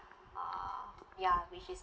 err ya which is